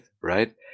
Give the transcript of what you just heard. right